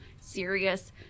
serious